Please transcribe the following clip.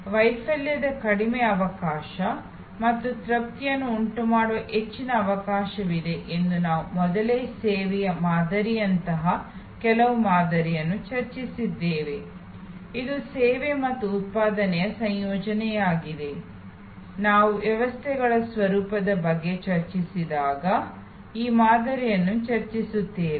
ಆದ್ದರಿಂದ ವೈಫಲ್ಯದ ಕಡಿಮೆ ಅವಕಾಶ ಮತ್ತು ತೃಪ್ತಿಯನ್ನು ಉಂಟುಮಾಡುವ ಹೆಚ್ಚಿನ ಅವಕಾಶವಿದೆ ಎಂದು ನಾವು ಮೊದಲೇ ಸೇವೆಯ ಮಾದರಿಯಂತಹ ಕೆಲವು ಮಾದರಿಗಳನ್ನು ಚರ್ಚಿಸಿದ್ದೇವೆ ಇದು ಸೇವೆ ಮತ್ತು ಉತ್ಪಾದನೆಯ ಸಂಯೋಜನೆಯಾಗಿದೆ ನಾವು ವ್ಯವಸ್ಥೆಗಳ ಸ್ವರೂಪದ ಬಗ್ಗೆ ಚರ್ಚಿಸಿದಾಗ ಈ ಮಾದರಿಯನ್ನು ಚರ್ಚಿಸುತ್ತೇವೆ